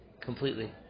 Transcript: completely